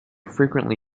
frequently